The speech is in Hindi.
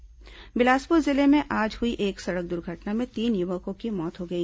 दुर्घटना बिलासपुर जिले में आज हुई एक सड़क दुर्घटना में तीन युवकों की मौत हो गई